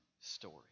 story